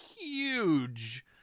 huge